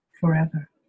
forever